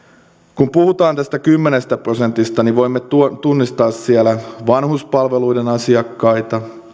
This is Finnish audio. kun puhutaan tästä kymmenestä prosentista voimme tunnistaa siellä vanhuspalveluiden asiakkaita